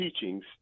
teachings